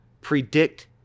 predict